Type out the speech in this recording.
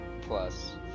plus